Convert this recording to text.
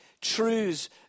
truths